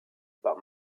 par